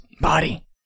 body